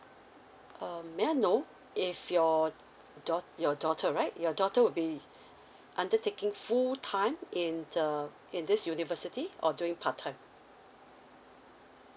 um may I know if your daugh~ your daughter right your daughter would be undertaking full time in the in this university or doing part time